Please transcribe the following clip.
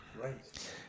Right